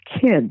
kids